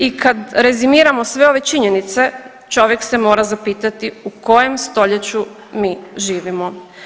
I kad rezimiramo sve ove činjenice čovjek se mora zapitati u kojem stoljeću mi živimo?